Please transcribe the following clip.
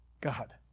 God